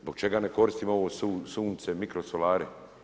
Zbog čega ne koristimo ovo sunce, mikrosolari?